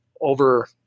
over